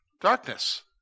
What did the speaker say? Darkness